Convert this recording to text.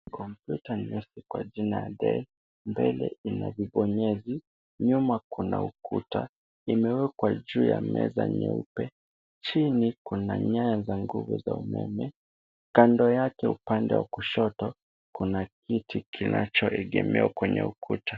Kompyuta nyeusi kwa jina Dell, mbele ina vibonyezi. Nyuma kuna ukuta. Imeekwa juu ya meza nyeupe. Chini kuna nyaya za nguvu za umeme. Kando yake upande wa kushoto, kuna kiti kinachoegemea upande wa ukuta.